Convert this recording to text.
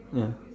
ya